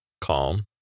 Calm